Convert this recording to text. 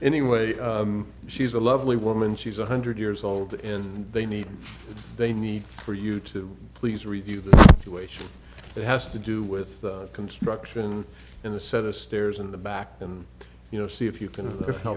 anyway she's a lovely woman she's one hundred years old and they need they need for you to please review the situation that has to do with construction in the set of stairs in the back and you know see if you can hel